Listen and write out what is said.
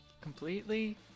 completely